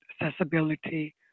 accessibility